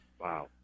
Wow